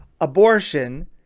Abortion